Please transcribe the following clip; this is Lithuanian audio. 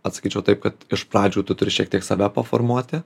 atsakyčiau taip kad iš pradžių tu turi šiek tiek save paformuoti